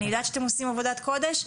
אני יודעת שאתם עושים עבודת קודש.